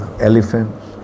elephants